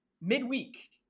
midweek